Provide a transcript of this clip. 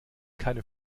keine